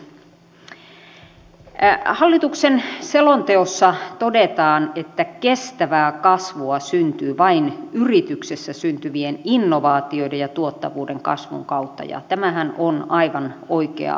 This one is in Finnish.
hallituksen selonteossa todetaan että kestävää kasvua syntyy vain yrityksessä syntyvien innovaatioiden ja tuottavuuden kasvun kautta ja tämähän on aivan oikea lähtökohta